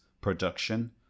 production